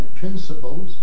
principles